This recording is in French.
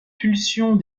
pulsions